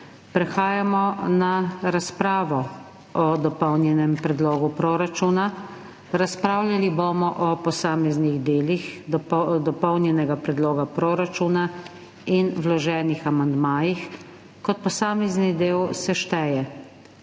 Prehajamo na razpravo o dopolnjenem predlogu proračuna. Razpravljali bomo o posameznih delih dopolnjenega predloga proračuna in vloženih amandmajih. Kot posamezni del se šteje